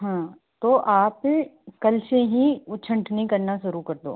हाँ तो आप कल से ही वह छँटनी करना शुरू कर दो